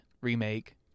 remake